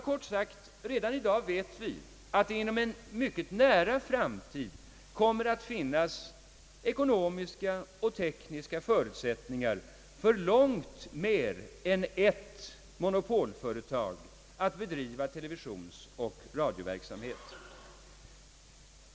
Kort sagt — redan i dag vet vi att det inom en mycket nära framtid kommer att finnas ekonomiska och tekniska förutsättningar för långt mer än ett enda monopolföretag att bedriva televisionsoch radioverksamhet.